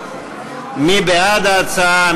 מי בעד ההצעה?